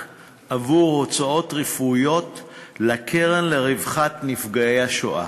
עבור הוצאות רפואיות לקרן לרווחת ניצולי השואה.